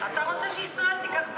אתה רוצה שישראל תיקח בעלות,